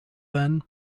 then